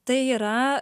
tai yra